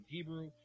Hebrew